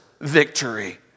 victory